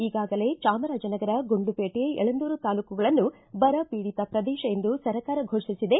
ಈಗಾಗಲೇ ಚಾಮರಾಜನಗರ ಗುಂಡ್ಲುಪೇಟೆ ಯಳಂದೂರು ತಾಲ್ಲೂಕುಗಳನ್ನು ಬರಪೀಡಿತ ಪ್ರದೇಶ ಎಂದು ಸರ್ಕಾರ ಫೋಷಿಸಿದೆ